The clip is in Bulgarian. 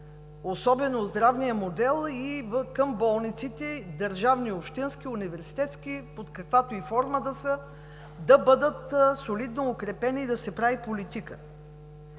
особено към здравния модел и към болниците – държавни, общински, университетски, под каквато и форма да са, да бъдат солидно укрепени и да се прави политика.